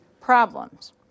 problems